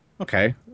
Okay